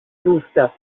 duster